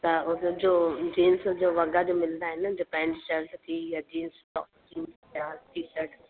त उते जो जेंट्स जो वॻा जो मिलंदा आहिनि जो पैंट शर्ट थी या जींस टॉप जींस या टी शर्ट